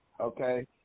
okay